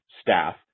staff